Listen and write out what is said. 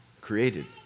created